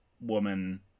woman